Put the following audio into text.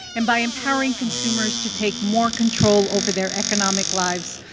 and by empowering consumers to take more control over their economic lives.